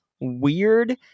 weird